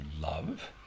love